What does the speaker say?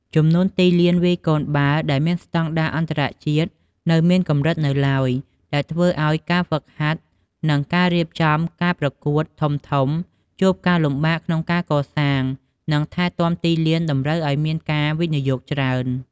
ចំនួនទីលានវាយកូនបាល់ដែលមានស្តង់ដារអន្តរជាតិនៅមានកម្រិតនៅឡើយ ដែលធ្វើឱ្យការហ្វឹកហាត់និងការរៀបចំការប្រកួតធំៗជួបការលំបាកក្នុងការកសាង និងថែទាំទីលានតម្រូវឱ្យមានការវិនិយោគច្រើន។